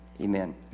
Amen